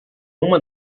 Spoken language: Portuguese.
uma